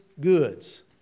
goods